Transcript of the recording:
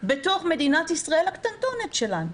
בתוך מדינת ישראל הקטנטונת שלנו.